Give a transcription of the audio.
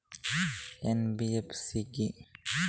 NBFC কী?